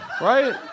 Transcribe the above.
Right